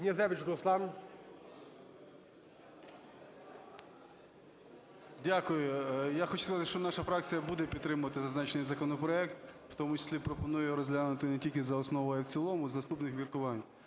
Дякую. Я хочу сказати, що наша фракція буде підтримувати зазначений законопроект, в тому числі пропонує його розглянути не тільки за основу, а й в цілому з наступних міркувань.